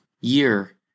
year